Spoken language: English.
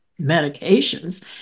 medications